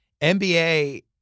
NBA